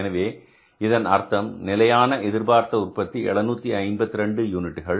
எனவே இதன் அர்த்தம் நிலையான எதிர்பார்த்த உற்பத்தி 752 யூனிட்டுகள்